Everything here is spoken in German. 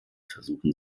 versuchen